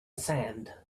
sand